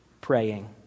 praying